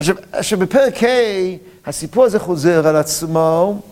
שבפרק ה' הסיפור הזה חוזר על עצמו.